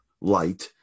light